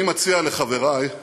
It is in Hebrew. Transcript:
אני מציע לחברי,